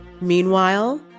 Meanwhile